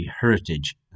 Heritage